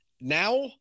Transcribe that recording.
Now